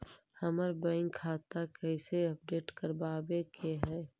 हमर बैंक खाता कैसे अपडेट करबाबे के है?